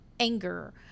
Anger